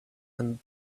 and